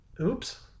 Oops